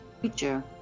future